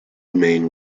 main